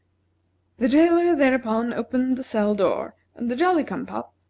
the jailer thereupon opened the cell door, and the jolly-cum-pop,